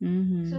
mmhmm